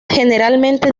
generalmente